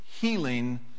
healing